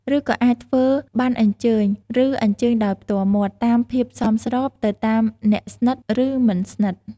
ឬក៏អាចធ្វើប័ណ្ណអញ្ជើញ ឬអញ្ជើញដោយផ្ទាល់មាត់ តាមភាពសមស្រប ទៅតាមអ្នកស្និត ឬមិនស្និត។